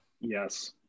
yes